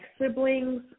siblings